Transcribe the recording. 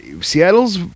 Seattle's